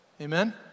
Amen